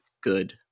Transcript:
good